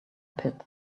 pit